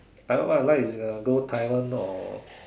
I what I like is uh go Taiwan or